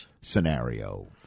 scenario